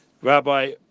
rabbi